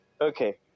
Okay